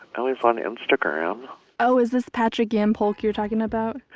oh, he's on instagram oh, is this patrik-ian polk you're talking about?